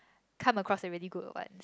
come across a really good ones